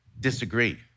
disagree